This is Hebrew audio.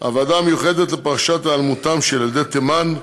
הוועדה המיוחדת לפרשת היעלמותם של ילדי תימן,